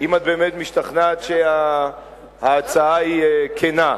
אם את באמת משתכנעת שההצעה היא כנה.